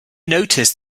noticed